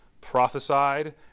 prophesied